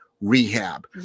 rehab